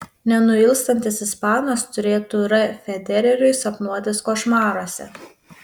nenuilstantis ispanas turėtų r federeriui sapnuotis košmaruose